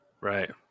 Right